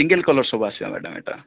single collar ସବୁ ଆସିବ madam ଏଇଟା